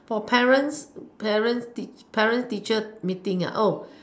for parents parents teach parents teacher meeting